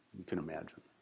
you can imagine.